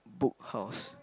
Book House